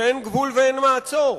שאין גבול ואין מעצור,